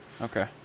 Okay